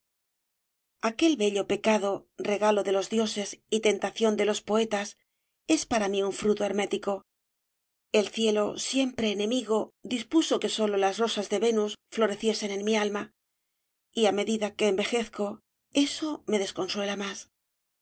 aquel bello pecado regalo de los dioses y tentación de los poetas es para mí un fruto hermético el cielo siempre enemigo dispuso que sólo las rosas de venus floreciesen en mi alma y á medida que envejezco eso me desconsuela más